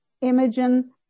Imogen